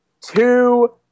two